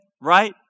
right